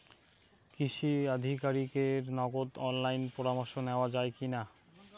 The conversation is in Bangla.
কৃষি আধিকারিকের নগদ অনলাইন পরামর্শ নেওয়া যায় কি না?